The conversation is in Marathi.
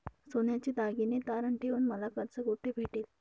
सोन्याचे दागिने तारण ठेवून मला कर्ज कुठे भेटेल?